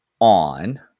on